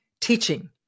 Teaching